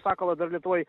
sakalo dar lietuvoj